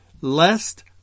lest